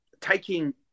taking